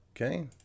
okay